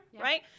right